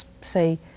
say